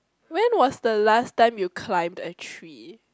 when was the last time you climb a tree